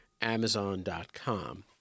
Amazon.com